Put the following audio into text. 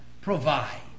provide